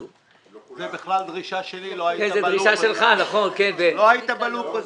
זאת בכלל דרישה שלי, לא היית בלופ הזה.